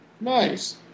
nice